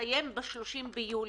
תסתיים ב-30 ביולי?